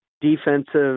defensive